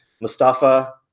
Mustafa